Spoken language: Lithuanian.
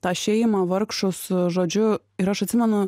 tą šeimą vargšus žodžiu ir aš atsimenu